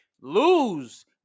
lose